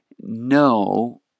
no